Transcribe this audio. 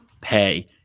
pay